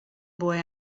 boy